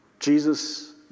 Jesus